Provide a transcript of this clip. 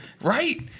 right